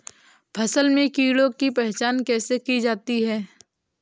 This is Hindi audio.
फसल में कीड़ों की पहचान कैसे की जाती है?